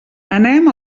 anem